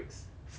second break ah